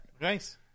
nice